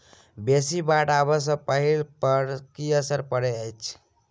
बेसी बाढ़ आबै सँ फसल पर की असर परै छै?